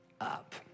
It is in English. up